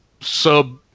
sub